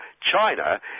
China